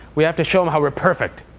we have to show um how we're perfect.